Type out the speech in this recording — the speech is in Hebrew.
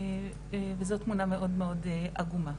וזאת תמונה מאוד עגומה.